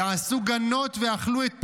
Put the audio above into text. ועשו גנות ואכלו את פריהם.